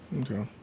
okay